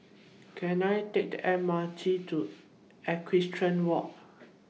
Can I Take The M R T to Equestrian Walk